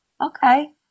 okay